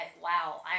wow